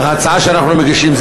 ההצעה שאנחנו מגישים,